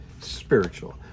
spiritual